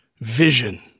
vision